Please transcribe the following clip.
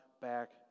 back